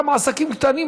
גם עסקים קטנים,